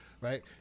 right